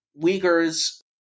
Uyghur's